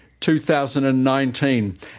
2019